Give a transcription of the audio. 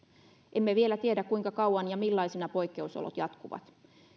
emme vielä tiedä kuinka kauan ja millaisina poikkeusolot jatkuvat